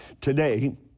Today